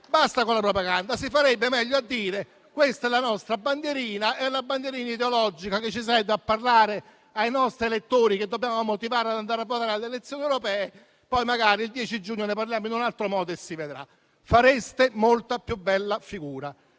Basta con la propaganda! Si farebbe meglio a dire: questa è la nostra bandierina ideologica, che ci serve per parlare ai nostri elettori, che dobbiamo motivare ad andare a votare alle elezioni europee; poi, magari, il 10 giugno ne parliamo in un altro modo. Fareste molto più bella figura.